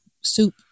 soup